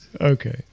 Okay